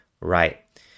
right